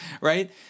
right